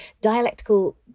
dialectical